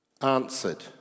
answered